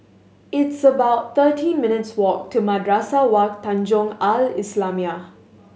it's about thirteen minutes' walk to Madrasah Wak Tanjong Al Islamiah